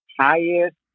highest